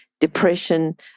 depression